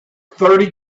thirty